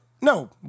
No